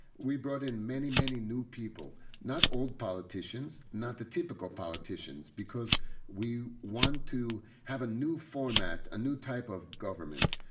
we brought in many, many new people, not old politicians, not the typical politicians, because we want to have a new format, a new type of government.